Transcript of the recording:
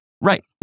Right